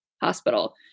hospital